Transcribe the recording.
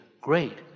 great